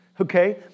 okay